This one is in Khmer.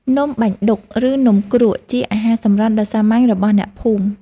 នំបាញ់ឌុក ឬនំគ្រក់ ជាអាហារសម្រន់ដ៏សាមញ្ញរបស់អ្នកភូមិ។